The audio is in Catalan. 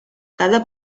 cada